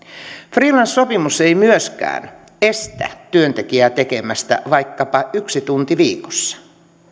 freelance sopimus ei myöskään estä työntekijää tekemästä vaikkapa yhden tunnin viikossa